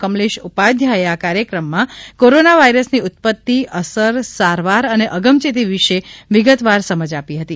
કમલેશ ઉપાધ્યાયે આ કાર્યક્રમમાં કોરોના વાયરસની ઉત્પતિ અસર સારવાર અને અગમચેતી વિષે વિગતવાર સમજ આપી હતી